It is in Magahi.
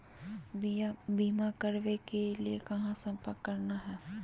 बीमा करावे के लिए कहा संपर्क करना है?